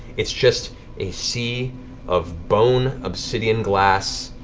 it's just a sea of bone, obsidian glass,